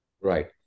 Right